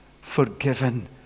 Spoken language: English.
forgiven